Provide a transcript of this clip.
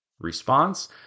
response